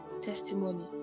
testimony